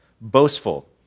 Boastful